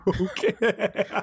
Okay